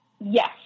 Yes